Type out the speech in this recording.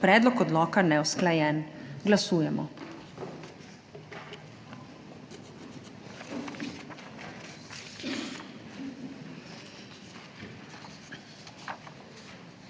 predlog odloka neusklajen. Glasujemo.